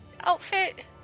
outfit